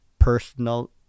Personal